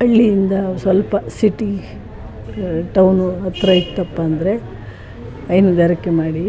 ಹಳ್ಳಿಯಿಂದ ಸ್ವಲ್ಪ city town ಹತ್ತಿರ ಇತ್ತಪ್ಪ ಅಂದರೆ ಹೈನುಗಾರಿಕೆ ಮಾಡಿ